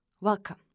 Welcome